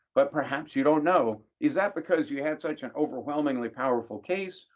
but perhaps you don't know. is that because you had such an overwhelmingly powerful case,